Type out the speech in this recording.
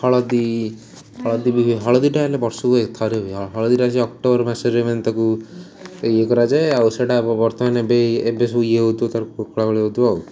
ହଳଦୀ ହଳଦୀ ବି ହୁଏ ହଳଦୀଟା ହେଲେ ବର୍ଷକୁ ଥରେ ହୁଏ ହଳଦୀଟା ସେ ଅକ୍ଟୋବର ମାସରେ ମାନେ ତାକୁ ଇଏ କରାଯାଏ ଆଉ ସେଟା ବର୍ତ୍ତମାନ ଏବେ ଏବେ ସବୁ ଇଏ ହେଉଥିବ ତାକୁ ହେଉଥିବ ଆଉ